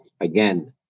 again